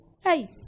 Hey